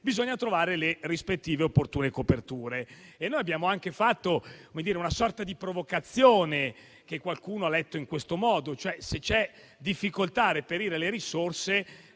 Bisogna trovare cioè le rispettive e opportune coperture. Abbiamo anche fatto una sorta di provocazione, che qualcuno ha letto in questo modo; se cioè c'è difficoltà a reperire le risorse,